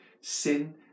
Sin